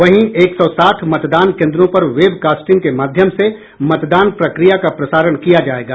वहीं एक सौ साठ मतदान केन्द्रों पर वेबकास्टिंग के माध्यम से मतदान प्रक्रिया का प्रसारण किया जायेगा